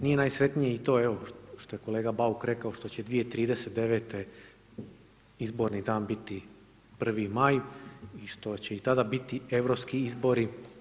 Nije najsretnije i to evo što je kolega Bauk rekao što će 2039. izborni dan biti 1. maj i što će i tada biti europski izbori.